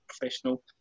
professional